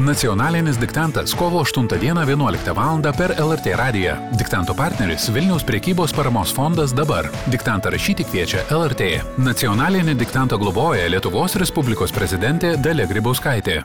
nacionalinis diktantas kovo aštuntą dieną vienuoliktą valandą per lrt radiją diktanto partneris vilniaus prekybos paramos fondas dabar diktantą rašyti kviečia lrt nacionalinį diktantą globoja lietuvos respublikos prezidentė dalia grybauskaitė